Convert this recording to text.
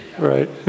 Right